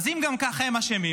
אז אם גם ככה הם אשמים,